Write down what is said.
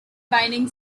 binding